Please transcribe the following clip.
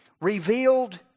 revealed